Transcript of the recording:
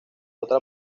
otra